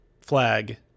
flag